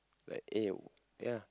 like eh ya